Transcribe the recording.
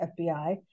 FBI